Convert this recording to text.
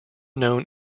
known